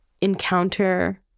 encounter